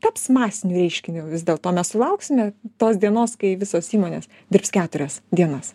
taps masiniu reiškiniu vis dėl to mes sulauksime tos dienos kai visos įmonės dirbs keturias dienas